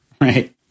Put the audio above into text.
Right